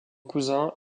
cousin